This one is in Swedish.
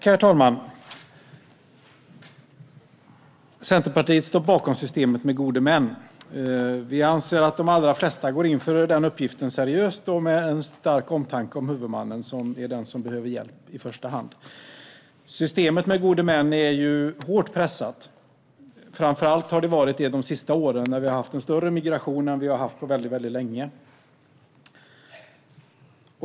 Herr talman! Centerpartiet står bakom systemet med gode män. Vi anser att de allra flesta går in för uppgiften seriöst och med omtanke om huvudmannen, som är den som behöver hjälp i första hand. Systemet med gode män är hårt pressat. Framför allt har det varit det de sista åren då vi har haft en större migration än på mycket länge.